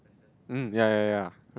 mm ya ya ya